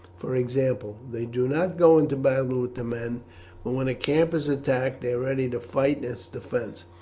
for example. they do not go into battle with the men but when a camp is attacked they are ready to fight in its defence,